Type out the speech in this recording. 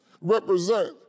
represent